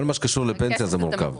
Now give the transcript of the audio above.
כל מה שקשור לפנסיה הוא מורכב.